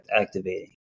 activating